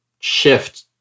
shift